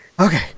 Okay